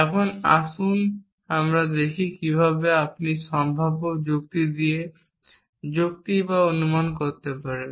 এখন আসুন আমরা দেখি কিভাবে আপনি সম্ভাব্য যুক্তি দিয়ে যুক্তি বা অনুমান করতে পারেন